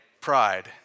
pride